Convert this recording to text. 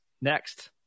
next